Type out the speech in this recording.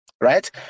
right